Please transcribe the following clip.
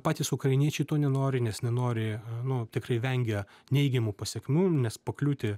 patys ukrainiečiai to nenori nes nenori a nu tikrai vengia neigiamų pasekmių nes pakliūti